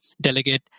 delegate